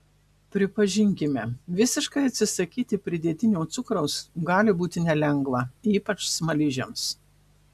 pripažinkime visiškai atsisakyti pridėtinio cukraus gali būti nelengva ypač smaližiams